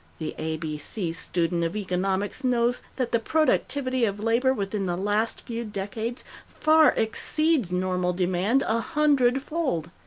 the a b c student of economics knows that the productivity of labor within the last few decades far exceeds normal demand a hundredfold.